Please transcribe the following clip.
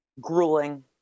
Grueling